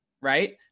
right